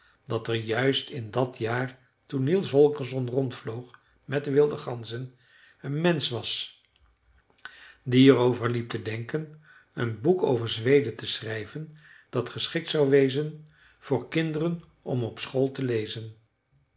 dat er juist in dat jaar toen niels holgersson rondvloog met de wilde ganzen een mensch was die er over liep te denken een boek over zweden te schrijven dat geschikt zou wezen voor kinderen om op school te lezen